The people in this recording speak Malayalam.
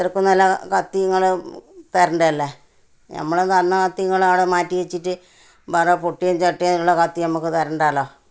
അത്രയ്ക്ക് നല്ല കത്തി ഇങ്ങൾ തരേണ്ടതല്ലേ ഞമ്മൾ തന്ന കത്തി ഇങ്ങളവിടെ മാറ്റി വെച്ചിട്ട് വേറെ പൊട്ടിയ ചട്ടിയൊ ഉള്ള കത്തി നമുക്ക് തരേണ്ടല്ലോ